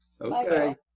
Okay